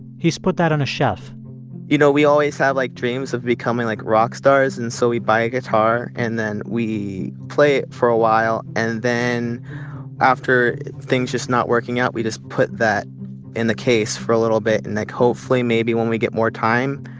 he's put that on a shelf you know, we always have, like, dreams of becoming like rock stars. and so we buy a guitar, and then we play it for a while. and then after things just not working out, we just put that in the case for a little bit. and then like hopefully maybe when we get more time,